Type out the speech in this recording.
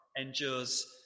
endures